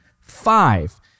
Five